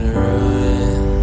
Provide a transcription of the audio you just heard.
ruin